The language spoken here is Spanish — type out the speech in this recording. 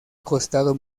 costado